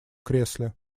кресле